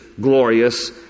glorious